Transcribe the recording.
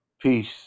peace